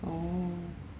oh